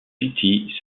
city